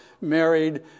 married